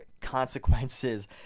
consequences